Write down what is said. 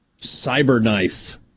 Cyberknife